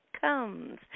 comes